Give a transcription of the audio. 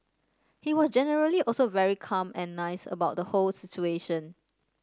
he was generally also very calm and nice about the whole situation